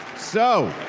so,